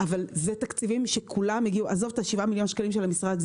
אבל אלה תקציבים שכולם הגיעו עזוב את 7 מיליון השקלים של המשרד,